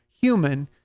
human